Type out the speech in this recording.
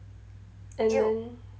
and then